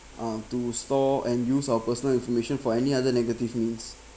uh to store and use our personal information for any other negative means